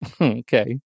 Okay